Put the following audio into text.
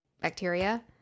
bacteria